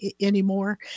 anymore